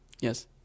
Yes